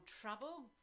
trouble